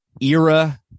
era